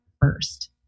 first